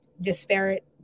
disparate